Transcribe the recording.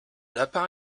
lapin